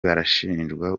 barashinjwa